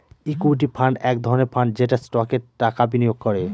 equity fund এক ধরনের fund যেটা স্টকে টাকা বিনিয়োগ করে